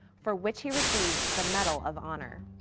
for which he received the medal of honor.